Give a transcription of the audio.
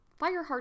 fireheart